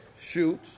shoots